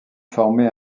formé